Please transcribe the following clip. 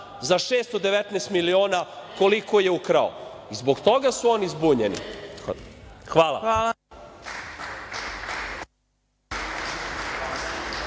za 619 miliona koliko je ukrao. Zbog toga su oni zbunjeni. Hvala